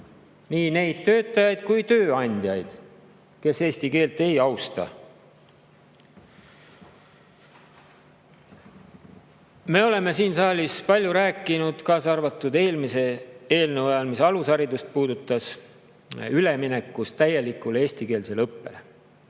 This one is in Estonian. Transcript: nii neid töötajaid kui ka tööandjaid, kes eesti keelt ei austa. Me oleme siin saalis palju rääkinud, kaasa arvatud eelmise eelnõu [arutelu] ajal, mis puudutas alusharidust, üleminekust täielikule eestikeelsele õppele.